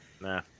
Nah